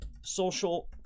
social